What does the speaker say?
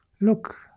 Look